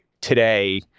today